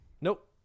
nope